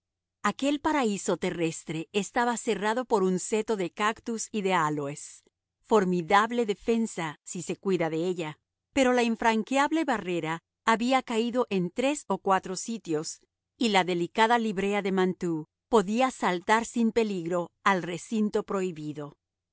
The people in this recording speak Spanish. aquel paraíso terrestre estaba cerrado por un seto de cactus y de áloes formidable defensa si se cuida de ella pero la infranqueable barrera había caído en tres o cuatro sitios y la delicada librea de mantoux podía saltar sin peligro al recinto prohibido